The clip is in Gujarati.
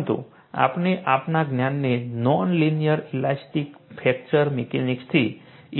પરંતુ આપણે આપણા જ્ઞાનને નોન લિનિયર ઇલાસ્ટિક ફ્રેક્ચર મિકેનિક્સથી